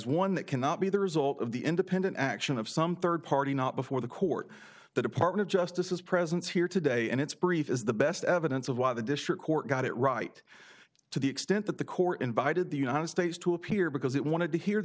one that cannot be the result of the independent action of some third party not before the court the department of justice is presence here today and its brief is the best evidence of why the district court got it right to the extent that the court invited the united states to appear because it wanted to hear the